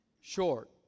Short